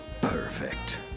Perfect